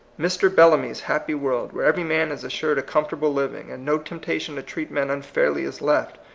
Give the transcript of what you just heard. mr. bellamy's happy world, where every man is assured a comfortable living, and no temptation to treat men un fairly is left,